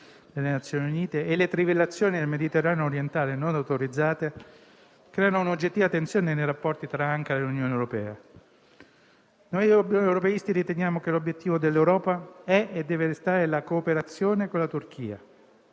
di Istanbul e alle le trivellazioni nel Mediterraneo orientale non autorizzate, creano un'oggettiva tensione nei rapporti tra Ankara e Unione europea. Noi Europeisti riteniamo che l'obiettivo dell'Europa sia e debba restare la cooperazione con la Turchia,